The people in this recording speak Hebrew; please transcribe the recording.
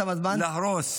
לא להרוס.